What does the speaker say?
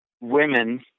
women